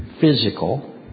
physical